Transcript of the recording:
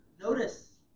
notice